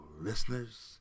listeners